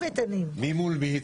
מול מי?